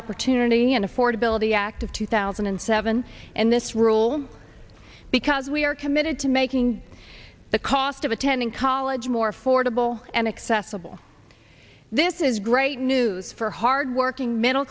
opportunity and affordability act of two thousand and seven and this rule because we are committed to making the cost of attending college more affordable and accessible this is great news for hardworking middle